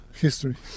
history